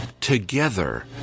together